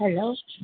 hello